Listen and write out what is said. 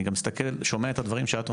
אני גם שומע את הדברים שאת אומרת.